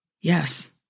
Yes